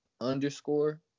underscore